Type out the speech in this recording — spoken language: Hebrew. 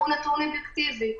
שהוא נתון אובייקטיבי.